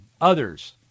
others